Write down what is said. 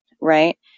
right